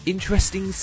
Interesting